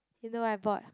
you know what I bought